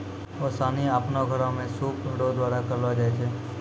ओसानी आपनो घर मे सूप रो द्वारा करलो जाय छै